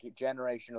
generational